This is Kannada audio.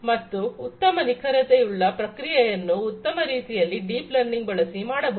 ಮತ್ತೆ ಉತ್ತಮ ನಿಖರತೆಯುಳ್ಳ ಕ್ರಿಯೆಗಳನ್ನು ಉತ್ತಮ ರೀತಿಯಲ್ಲಿ ಡೀಪ್ ಲರ್ನಿಂಗ್ ಬಳಸಿ ಮಾಡಬಹುದು